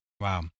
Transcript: Wow